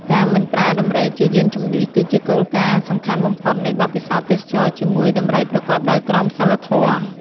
ការមិនប្រើដំរីជាយានជំនិះ គឺជា គោលការណ៍សំខាន់បំផុត នៃបទពិសោធន៍ទេសចរណ៍ជាមួយដំរីប្រកបដោយក្រមសីលធម៌។